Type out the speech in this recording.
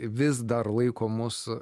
vis dar laiko mus